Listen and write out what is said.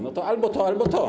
No to albo to, albo to.